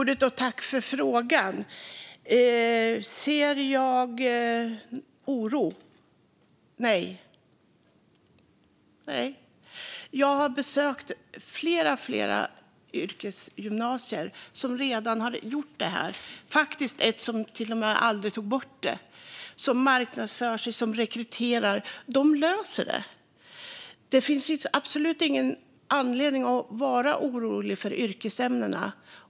Fru talman! Jag tackar Patrick Reslow för frågan. Ser jag oro? Nej. Jag har besökt flera yrkesgymnasier som redan har gjort det här och till och med ett som aldrig tog bort det. De marknadsför sig och rekryterar. De löser det. Det finns absolut ingen anledning att vara orolig för yrkesämnena.